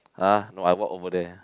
ah no I walk over there